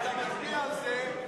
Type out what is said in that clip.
אתה מצביע על זה,